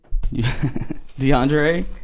DeAndre